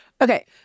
Okay